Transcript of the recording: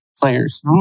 players